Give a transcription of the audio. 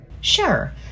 Sure